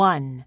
One